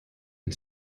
and